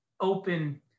open